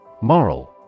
Moral